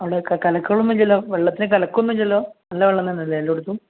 അവിടെ കലക്ക വെള്ളം വരികയില്ലല്ലോ വെള്ളത്തിന് കലക്കല്ലൊന്നും ഇല്ലല്ലോ നല്ല വെള്ളം തന്നെ അല്ലേ എല്ലായിടത്തും